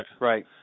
Right